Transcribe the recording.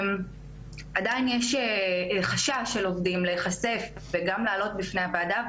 עדיין יש חשש של עובדים להיחשף וגם לעלות בפני הוועדה,